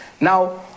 Now